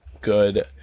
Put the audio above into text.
good